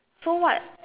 so what